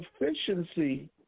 efficiency